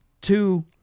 Two